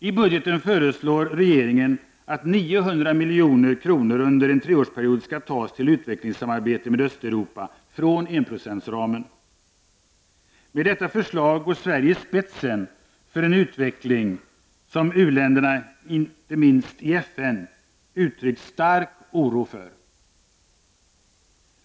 I budgeten föreslår regeringen att 900 milj.kr. under en treårsperiod skall tas från enprocentsramen till utvecklingssamarbete med Östeuropa. Med detta förslag går Sverige i spetsen för en utveckling som u-länderna, inte minst i FN, uttryckt stark oro inför.